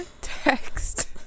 Text